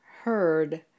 heard